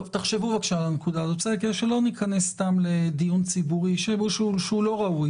תחשבו בבקשה על הנקודה הזאת כדי שלא ניכנס לדיון ציבורי שהוא לא ראוי.